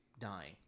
dying